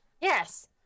Yes